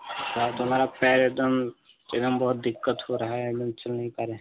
sir तो हमारा पैर एकदम एकदम बहुत दिक्कत हो रहा है हम उठ नहीं पा रहे हैं